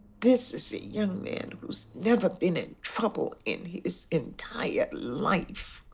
this is a young man who has never been in trouble in his entire life.